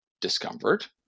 discomfort